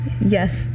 yes